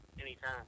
anytime